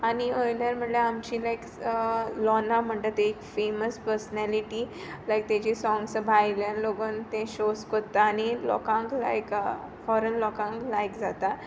आनी वोयल्यान म्हणल्यार आमची लायक लोर्ना म्होणटा ती फेमस पर्सनेलिटी लायक तेजी सोंग्सां भायल्यान लोगून ती शोज कोत्ता आनी लोकांक लायक फॉरन लोकांक लायक जाता